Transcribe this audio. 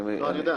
אני יודע,